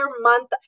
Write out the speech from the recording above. month